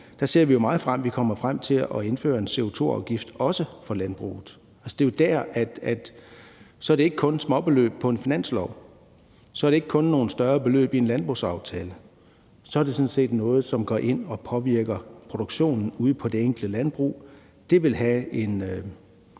ser vi jo meget frem til, at vi kommer til at indføre en CO2-afgift også for landbruget. Så er det ikke kun småbeløb på en finanslov, så er det ikke kun nogle større beløb i en landbrugsaftale, men så er det sådan set noget, der går ind og påvirker produktionen ude i det enkelte landbrug, og det vil have en